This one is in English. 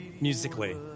musically